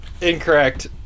incorrect